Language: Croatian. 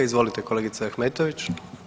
Izvolite kolegice Ahmetović.